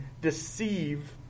deceive